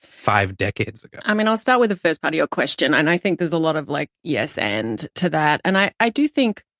five decades ago. i mean, i'll start with the first part of your question. and i think there's a lot of, like, yes, and to that. and i i do think,